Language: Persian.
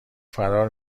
فرار